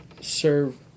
serve